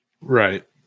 Right